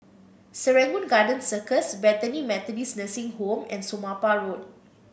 Serangoon Garden Circus Bethany Methodist Nursing Home and Somapah Road